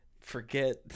forget